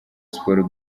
siporo